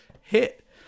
hit